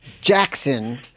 Jackson